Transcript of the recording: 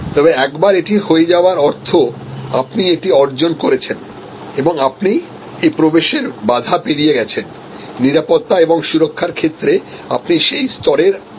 তবে একবার এটি হয়ে যাওয়ার অর্থ আপনি এটি অর্জন করেছেন এবং আপনি এই প্রবেশের বাধা পেরিয়ে গেছেন নিরাপত্তা এবং সুরক্ষার ক্ষেত্রে আপনি সেই স্তরের আশ্বাস প্রদান করেছেন